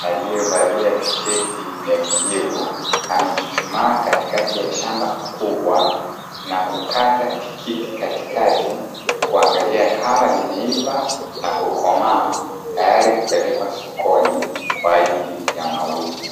aliyevalia tisheti ya kijivu, amechuchumaa katikati ya shamba kubwa na kukata tikiti katikati kuangalia kama limeiva na kukomaa, tayari kupelekwa sokoni kwa ajili ya mauzo.